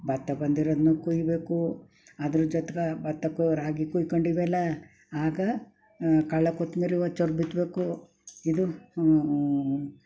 ಭತ್ತ ಬಂದಿರೋದ್ನೂ ಕೊಯ್ಯಬೇಕು ಅದ್ರ ಜೊತ್ಗೆ ಭತ್ತಕ್ಕೂ ರಾಗಿ ಕುಯ್ಕೊಂಡು ಇವೆಲ್ಲ ಆಗ ಕಳೆ ಕೊತ್ತಂಬ್ರಿ ಬಿತ್ತಬೇಕು ಇದು